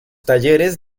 talleres